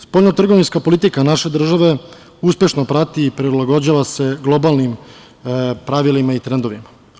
Spoljno trgovinska politika naše države uspešno prati i prilagođava se globalnim pravilima i trendovima.